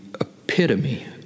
epitome